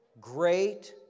great